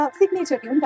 signature